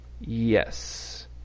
Yes